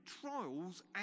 trials